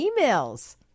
emails